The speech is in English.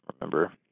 remember